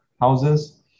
houses